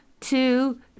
two